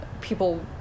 people